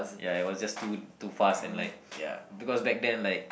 ya it was just too too fast and like ya because back then like